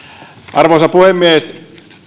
arvoisa puhemies